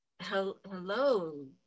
hello